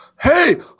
Hey